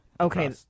Okay